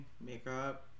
makeup